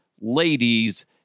ladies